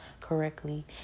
correctly